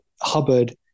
Hubbard